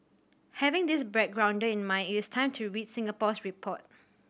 having this backgrounder in mind it's time to read Singapore's report